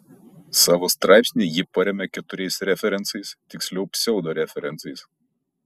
savo straipsnį ji paremia keturiais referencais tiksliau pseudo referencais